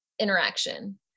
interaction